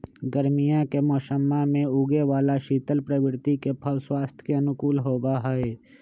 गर्मीया के मौसम्मा में उगे वाला शीतल प्रवृत्ति के फल स्वास्थ्य के अनुकूल होबा हई